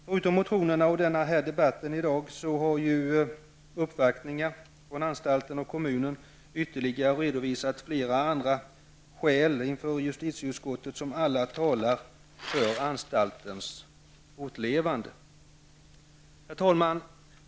Förutom motionerna och dagens debatt har uppvaktningar från anstalten och kommunen ytterligare redovisat inför justitieutskottet flera andra skäl som alla talar för anstaltens fortlevnad. Herr talman!